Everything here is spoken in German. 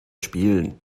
spielen